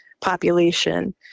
population